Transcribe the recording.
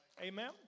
Amen